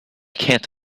can’t